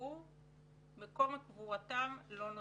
יוחזרו אבל מקום קבורתם לא נודע.